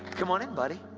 come on in, buddy!